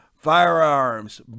firearms